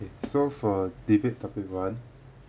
so for debate topic one